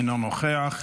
אינו נוכח.